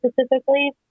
specifically